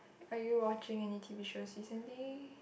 are you watching any T_V shows recently